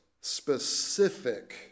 specific